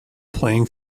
playing